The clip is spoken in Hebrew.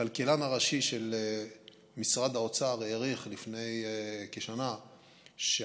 הכלכלן הראשי של משרד האוצר העריך לפני כשנה שעלות